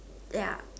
ya